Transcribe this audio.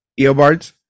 Eobards